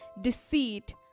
deceit